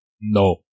No